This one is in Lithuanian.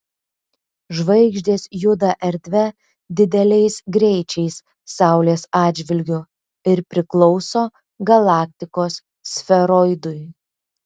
žvaigždės juda erdve dideliais greičiais saulės atžvilgiu ir priklauso galaktikos sferoidui